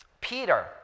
Peter